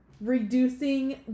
reducing